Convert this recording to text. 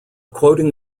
quoting